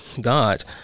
God